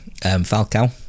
Falcao